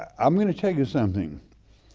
i'm gonna tell you something,